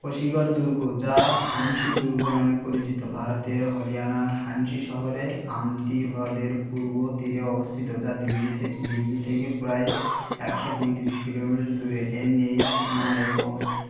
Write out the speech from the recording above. অসীগড় দুর্গ যা হানসি দুর্গ নামে পরিচিত ভারতের হরিয়ানার হানসি শহরে আমতি হ্রদের পূর্ব তীরে অবস্থিত যা দিল্লি থে দিল্লি থেকে প্রায় একশো পঁয়ত্রিশ কিলোমিটার দূরে এনএইচ নয়ে অবস্থিত